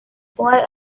boy